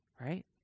right